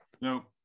No